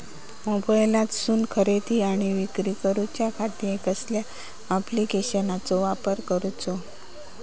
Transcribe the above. मोबाईलातसून खरेदी आणि विक्री करूच्या खाती कसल्या ॲप्लिकेशनाचो वापर करूचो?